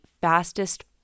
fastest